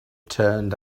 turned